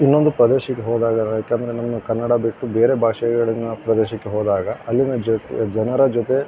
ಇನ್ನೊಂದು ಪ್ರದೇಶಕ್ಕೆ ಹೋದಾಗ ಯಾಕೆಂದರೆ ನಮ್ಮ ಕನ್ನಡ ಬಿಟ್ಟು ಬೇರೆ ಭಾಷೆಗಳನ್ನು ಪ್ರದೇಶಕ್ಕೆ ಹೋದಾಗ ಅಲ್ಲಿನ ಜನರ ಜೊತೆ